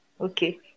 Okay